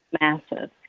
massive